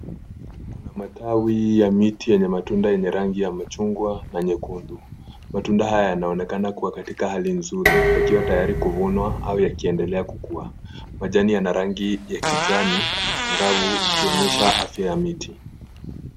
Kuna matawi ya miti yenye matunda yenye rangi ya machungwa na nyekundu. Matunda haya yanaonekana kua katika hali nzuri, yakiwa tayari kuvunwa au yakiendelea kukua. Majani yana rangi ya kijani angavu, ikionyesha afya ya miti.